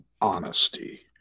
honesty